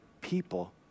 people